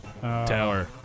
Tower